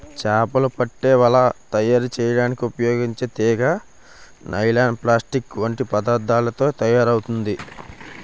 చేపలు పట్టే వల తయారు చేయడానికి ఉపయోగించే తీగ నైలాన్, ప్లాస్టిక్ వంటి పదార్థాలతో తయారవుతుంది